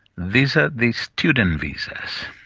these are the student visas.